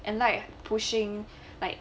and like pushing like